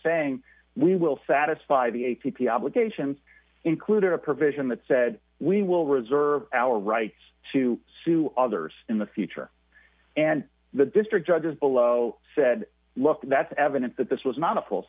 saying we will satisfy the a t p obligations include a provision that said we will reserve our rights to sue others in the future and the district judges below said look that's evident that this was not a full